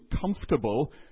comfortable